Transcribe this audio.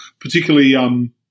particularly